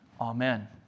Amen